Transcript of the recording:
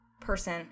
person